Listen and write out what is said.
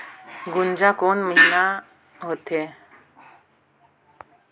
गुनजा कोन महीना होथे?